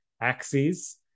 axes